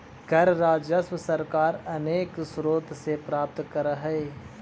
कर राजस्व सरकार अनेक स्रोत से प्राप्त करऽ हई